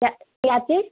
क्या चीज़